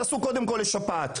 תעשו קודם כל לשפעת.